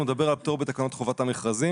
הוא מדבר על הפטור בתקנות חובת המכרזים,